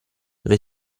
dove